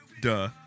duh